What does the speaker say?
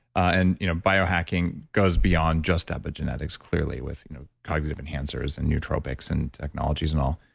and you know biohacking goes beyond just epigenetics clearly, with you know cognitive enhancers and nootropics, and technologies and all.